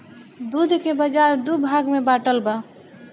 दूध के बाजार दू भाग में बाटल बा